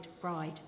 bride